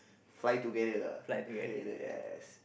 fly together ah hey the guys